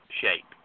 shape